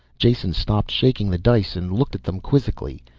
jason stopped shaking the dice and looked at them quizzically,